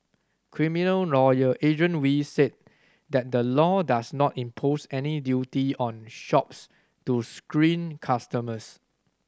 criminal lawyer Adrian Wee said that the law does not impose any duty on shops to screen customers